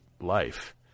life